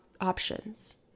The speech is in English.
options